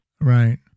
Right